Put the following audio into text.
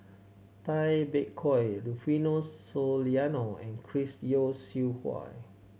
Tay Bak Koi Rufino Soliano and Chris Yeo Siew Hua